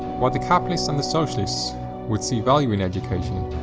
while the capitalist and the socialist would see value in education,